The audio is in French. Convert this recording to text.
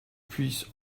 puisse